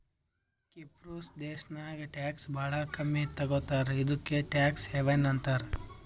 ಕಿಪ್ರುಸ್ ದೇಶಾನಾಗ್ ಟ್ಯಾಕ್ಸ್ ಭಾಳ ಕಮ್ಮಿ ತಗೋತಾರ ಇದುಕೇ ಟ್ಯಾಕ್ಸ್ ಹೆವನ್ ಅಂತಾರ